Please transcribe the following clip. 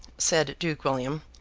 said duke william,